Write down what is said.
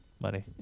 Money